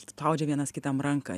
spaudžia vienas kitam ranką